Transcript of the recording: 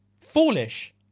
foolish